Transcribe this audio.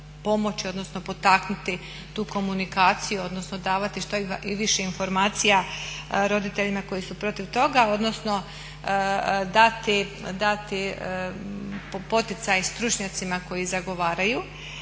odnosno potaknuti tu komunikaciju, odnosno davati što više informacija roditeljima koji su protiv toga, odnosno dati poticaj stručnjacima koji zagovaraju.